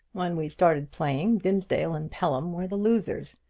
when we started playing dimsdale and pelham were the losers.